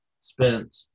spent